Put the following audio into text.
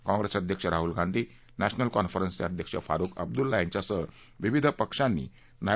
काँप्रेस अध्यक्ष राहूल गांधी नक्रिमल कॉन्फरन्सचे अध्यक्ष फारूख अब्दुला यासह विविध पक्षांनी नाय